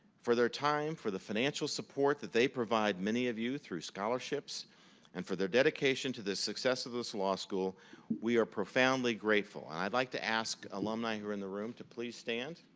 for their time, for the financial support that they provide many of you through scholarships and for their dedication to the success of this law school we are profoundly grateful. and i'd like to ask alumni who are in the room to please stand.